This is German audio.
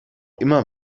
immer